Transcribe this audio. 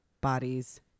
Bodies